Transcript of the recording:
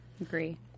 Agree